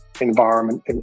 environment